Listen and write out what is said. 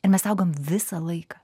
ir mes augam visą laiką